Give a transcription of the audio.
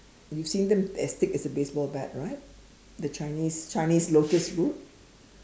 you seen them as thick as a baseball bat right the Chinese Chinese lotus root